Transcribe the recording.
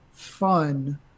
Fun